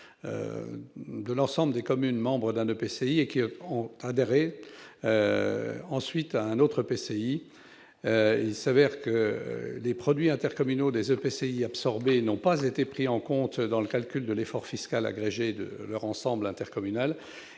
de l'ensemble des communes membres d'un EPCI et qui ont ensuite adhéré à un autre EPCI ont été pénalisées, car les produits intercommunaux des EPCI absorbés n'ont pas été pris en compte dans le calcul de l'effort fiscal agrégé de leur ensemble intercommunal.